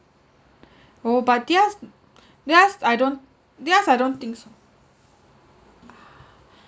oh but theirs theirs I don't theirs I don't think so